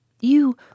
you